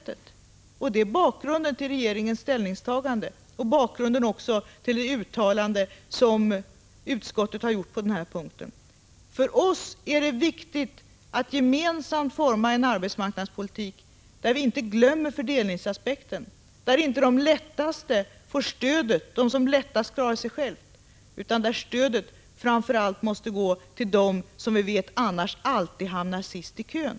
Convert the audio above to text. Detta är bakgrunden till regeringens ställningstagande och till det uttalande som utskottet har gjort på den här punkten. 43 För oss är det viktigt att gemensamt forma en arbetsmarknadspolitik där vi inte glömmer fördelningsaspekten, där inte de som lättast klarar sig själva får stödet utan där stödet framför allt går till dem som vi vet annars alltid hamnar sist i kön.